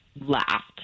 laughed